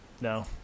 No